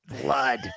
blood